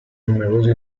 numerosi